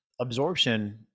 absorption